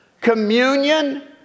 Communion